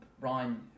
Ryan